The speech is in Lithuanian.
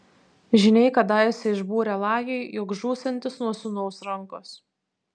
žyniai kadaise išbūrė lajui jog žūsiantis nuo sūnaus rankos